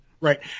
Right